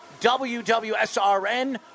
WWSRN